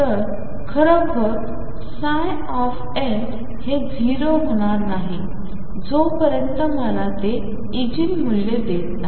तर खरोखर ψ हे 0 होणार नाही जोपर्यंत मला ते इगेन मूल्य देत नाही